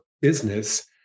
business